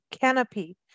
canopy